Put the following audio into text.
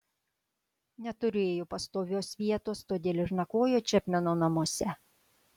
neturėjo pastovios vietos todėl ir nakvojo čepmeno namuose